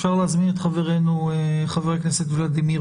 אפר להזמין את חברנו חבר הכנסת ולדימיר